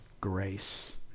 grace